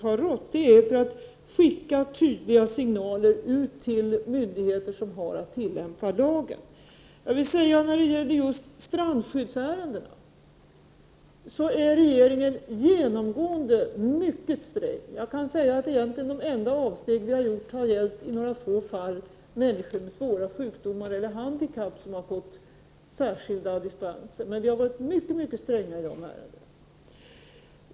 Vi gör alltså detta därför att vi vill sända tydliga signaler till de myndigheter som har att tillämpa lagen. När det gäller just strandskyddsärendena är regeringen genomgående mycket sträng. Jag kan säga att de enda avsteg som vi egentligen har gjort — det rör sig endast om några få fall — har gällt människor med svåra sjukdomar eller handikapp. Dessa människor har fått särskilda dispenser. I övrigt har vi varit synnerligen stränga i sådana ärenden.